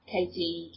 Katie